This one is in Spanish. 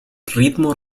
ritmo